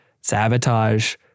sabotage